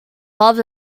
loved